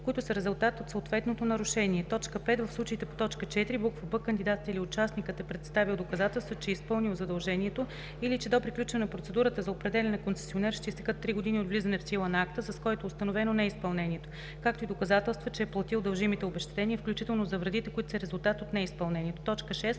които са резултат от съответното нарушение; 5. в случаите по т. 4, буква „б“ кандидатът или участникът е представил доказателства, че е изпълнил задължението или че до приключване на процедурата за определяне на концесионер ще изтекат три години от влизането в сила на акта, с който е установено неизпълнението, както и доказателства, че е платил дължимите обезщетения, включително за вредите, които са резултат от неизпълнението; 6.